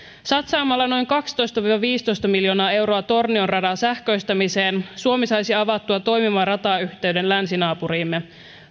satsaamalla noin kaksitoista viiva viisitoista miljoonaa euroa tornion radan sähköistämiseen suomi saisi avattua toimivan ratayhteyden länsinaapuriimme